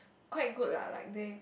quite good lah like they